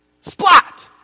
Splat